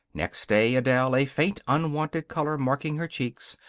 next day adele, a faint, unwonted color marking her cheeks,